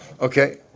Okay